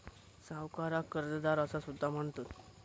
सावकाराक कर्जदार असा सुद्धा म्हणतत